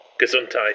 Gesundheit